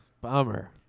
bummer